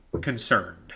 concerned